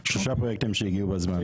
שלושה פרויקטים שהגיעו בזמן.